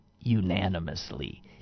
unanimously